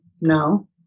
No